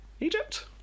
Egypt